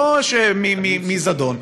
לא מזדון,